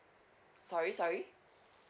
sorry sorry